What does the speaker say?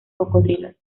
cocodrilos